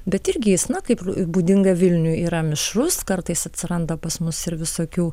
bet irgi jis na kaip būdinga vilniuj yra mišrus kartais atsiranda pas mus ir visokių